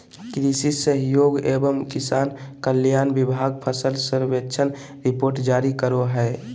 कृषि सहयोग एवं किसान कल्याण विभाग फसल सर्वेक्षण रिपोर्ट जारी करो हय